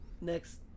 Next